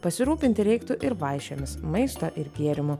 pasirūpinti reiktų ir vaišėmis maistą ir gėrimų